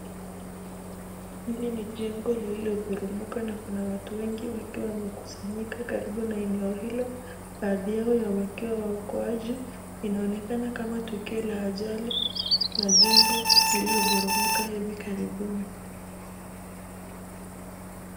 Hili ni jengo lililoporomoka na kuna watu wengi ambao wamekusanyika karibu na eneo hilo baadhi yako wakiwa waokoaji. Inaonekana kama tukio la ajali la jengo lililoporomoka hivi karibuni.